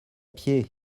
pied